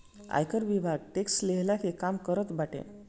आयकर विभाग टेक्स लेहला के काम करत बाटे